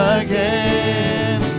again